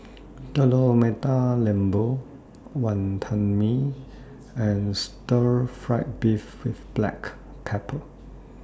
Telur Mata Lembu Wantan Mee and Stir Fried Beef with Black Pepper